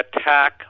attack